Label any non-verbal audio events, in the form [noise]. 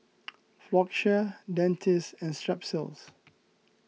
[noise] Floxia Dentiste and Strepsils